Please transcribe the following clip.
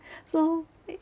so